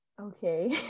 Okay